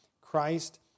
Christ